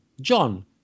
john